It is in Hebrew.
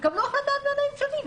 יקבלו החלטה המנהלים השונים.